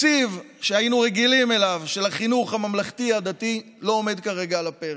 התקציב שהיינו רגילים אליו של החינוך הממלכתי-דתי לא עומד כרגע על הפרק.